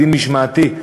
בדין משמעתי,